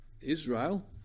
Israel